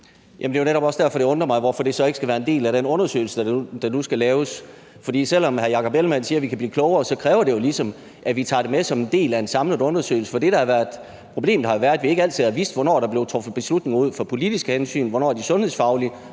undrer mig, hvorfor det så ikke skal være en del af den undersøgelse, der nu skal laves. For selv om hr. Jakob Ellemann-Jensen siger, at vi kan blive klogere, så kræver det jo ligesom, at vi tager det med som en del af en samlet undersøgelse, for problemet har jo været, at vi ikke altid har vidst, hvornår der blev truffet beslutninger ud fra politiske hensyn, hvornår de var sundhedsfaglige,